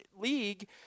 league